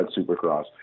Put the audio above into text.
Supercross